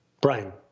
Brian